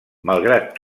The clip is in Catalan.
malgrat